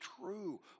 true